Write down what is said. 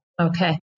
Okay